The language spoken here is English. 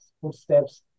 footsteps